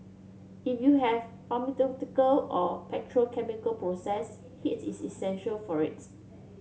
if you have pharmaceutical or petrochemical process heats is essential for its